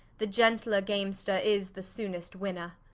the gentler gamester is the soonest winner.